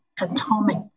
atomic